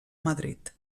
madrid